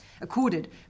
accorded